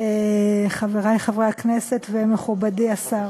חברי חברי הכנסת ומכובדי השר,